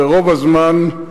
ברוב הזמן.